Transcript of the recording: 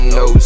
no